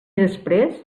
després